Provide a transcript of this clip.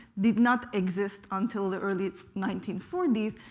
did not exist until the early nineteen forty s,